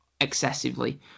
excessively